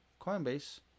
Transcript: Coinbase